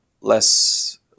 less